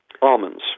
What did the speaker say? Almonds